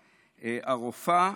הרופאה.